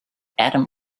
adam